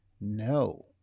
No